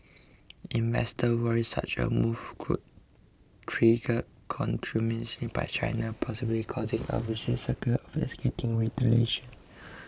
investors worry such a move could trigger countermeasures by China possibly causing a vicious cycle of escalating retaliation